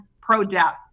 pro-death